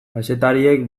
kazetariek